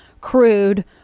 crude